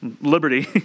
liberty